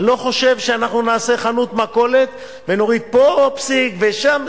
אני לא חושב שאנחנו נעשה חנות מכולת ונוריד פה פסיק ושם,